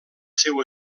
seu